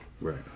Right